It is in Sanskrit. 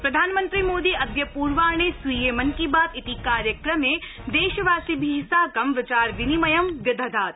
प्रधानमन्त्री मोदी अद्य पूर्वाह्ने स्वीये मन की बात इति कार्यक्रमे देशवासिभि साकं विचार विनिमयं व्यदधात्